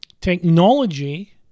Technology